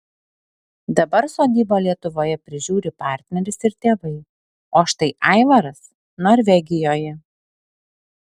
dabar sodybą lietuvoje prižiūri partneris ir tėvai o štai aivaras norvegijoje